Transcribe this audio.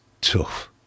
tough